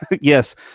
Yes